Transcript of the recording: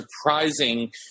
surprising